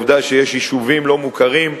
העובדה שיש יישובים לא-מוכרים,